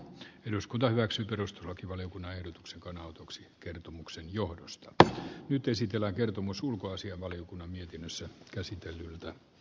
eduskunta hyväksyy perustuslakivaliokunnan ehdotuksen kan autoksi kertomuksen johdosta että nyt esitellä kertomus ulkoasianvaliokunnan mukaan toimitaan